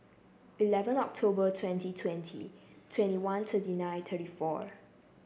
eleven October twenty twenty twenty one thirty nine thirty four